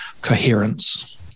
coherence